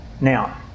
Now